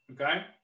okay